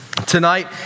Tonight